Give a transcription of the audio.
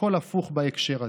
הכול הפוך בהקשר הזה,